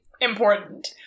important